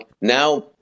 now